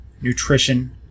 nutrition